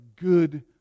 good